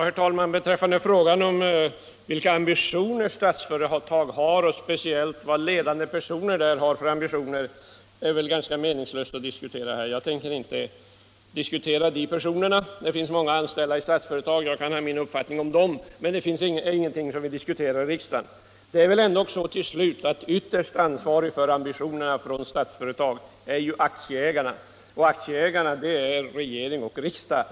Herr talman! Vilka ambitioner Statsföretag har, och speciellt vilka ambitioner ledande personer där har, är tämligen meningslöst att diskutera här. Jag tänker inte diskutera dessa personer. Det finns många anställda i Statsföretag. Jag kan ha min uppfattning om dem, men det är ingenting som vi diskuterar i riksdagen. Ytterst ansvariga för ambitionerna från Statsföretags sida är aktieägarna, och aktieägarna är regering och riksdag.